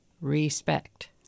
respect